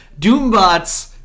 Doombots